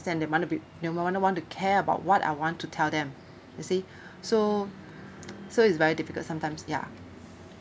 ~stand they might not be they might never want to care about what I want to tell them you see so so it's very difficult sometimes ya